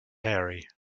harry